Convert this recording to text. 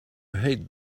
hate